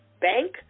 bank